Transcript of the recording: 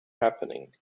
happening